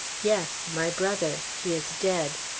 yes, my brother he is dead.